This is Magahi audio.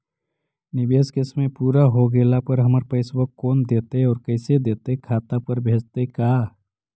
निवेश के समय पुरा हो गेला पर हमर पैसबा कोन देतै और कैसे देतै खाता पर भेजतै का?